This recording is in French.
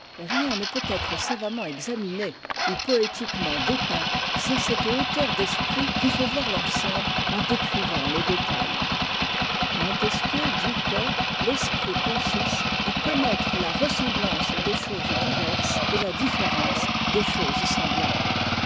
rien ne peut être savamment examiné ou poétiquement dépeint sans cette hauteur d'esprit qui fait voir l'ensemble en décrivant les détails montesquieu dit que l'esprit consiste à cokm tre la ressemblance des choses diverses et la différence des choses semblables